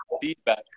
feedback